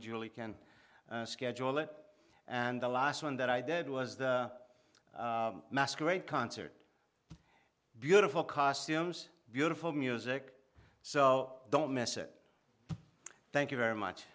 can schedule it and the last one that i did was the masquerade concert beautiful costumes beautiful music so don't mess it thank you very much